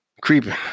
creeping